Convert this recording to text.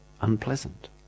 unpleasant